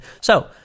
So-